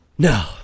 No